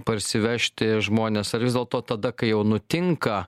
parsivežti žmones ar vis dėlto tada kai jau nutinka